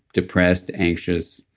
depressed, anxious,